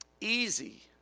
easy